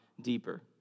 deeper